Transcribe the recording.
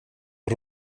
och